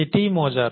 এটিই মজার